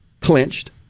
clenched